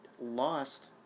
lost